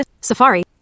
Safari